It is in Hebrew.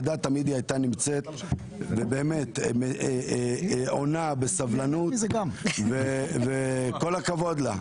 היא תמיד הייתה נמצאת ועונה באמת בסבלנות וכל הכבוד לה.